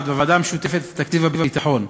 בוועדה המשותפת לתקציב הביטחון,